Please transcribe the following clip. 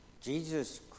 Jesus